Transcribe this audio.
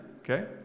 okay